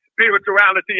spirituality